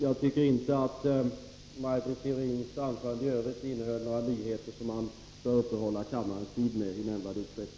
Jag tycker som sagt inte att Maj Britt Theorins anförande i övrigt innehöll några nyheter som man skulle behöva uppta kammarens tid med i nämnvärd utsträckning.